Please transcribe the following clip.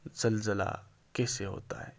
زلزلہ کیسے ہوتا ہے